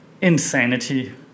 insanity